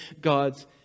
God's